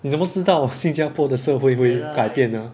你怎么知道新加坡的社会会改变 ah